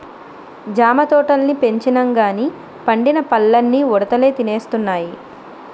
జామ తోటల్ని పెంచినంగానీ పండిన పల్లన్నీ ఉడతలే తినేస్తున్నాయి